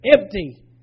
empty